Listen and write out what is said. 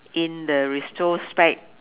in the retrospect